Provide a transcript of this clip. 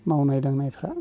मावनाय दांनायफ्रा